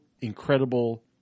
incredible